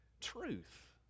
Truth